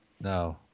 No